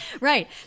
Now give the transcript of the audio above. Right